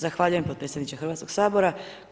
Zahvaljujem potpredsjedniče Hrvatskog sabora.